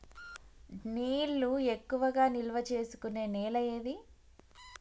నీళ్లు ఎక్కువగా నిల్వ చేసుకునే నేల ఏది?